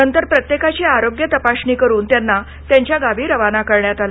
नंतर प्रत्येकाची आरोग्य तपासणी करून त्यांना त्याच्या गावी रवाना करण्यात आलं